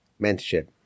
mentorship